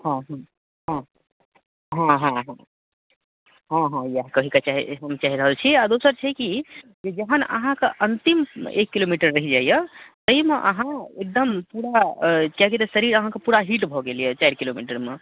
हाँ हाँ हाँ हाँ हाँ हाँ हाँ इएह कहैके चाहि हम चाहि रहल छी आओर दोसर कि जे जहन अहाँके अन्तिम एक किलोमीटर रहि जाइए तैमे अहाँ एकदम पूरा किएक कि तऽ शरीर अहाँके पूरा हीट भऽ गेलयऽ चारि किलोमीटरमे